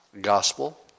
gospel